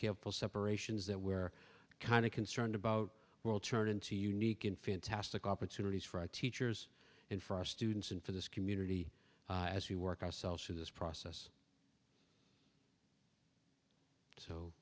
careful separations that we're kind of concerned about well turned into unique and fantastic opportunities for our teachers and for our students and for this community as we work ourselves through this process so